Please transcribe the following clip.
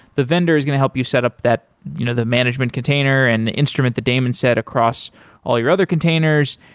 the vendor is going to help you set up you know the management container and the instrument, the daemon set across all your other containers,